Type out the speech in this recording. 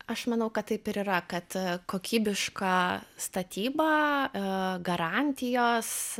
aš manau kad taip ir yra kad kokybiška statyba garantijos